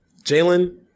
Jalen